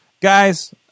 guys